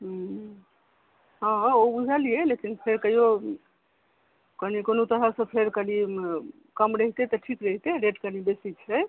ह्म्म हँ हँ ओ बुझलियै लेकिन फेर कहियो कनी कोनो तरहसँ फेर कनी कम रहितै रेट कनी बेसी छै